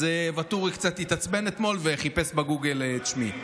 אז ואטורי קצת התעצבן אתמול וחיפש בגוגל את שמי.